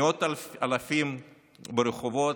מאות אלפים ברחובות.